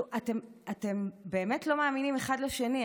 אתם באמת לא מאמינים אחד לשני,